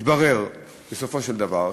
מתברר בסופו של דבר,